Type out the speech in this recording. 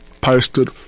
posted